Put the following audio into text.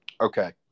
Okay